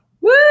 Woo